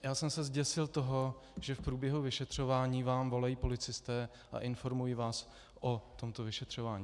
Já jsem se zděsil toho, že v průběhu vyšetřování vám volají policisté a informují vás o tomto vyšetřování.